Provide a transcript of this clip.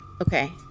Okay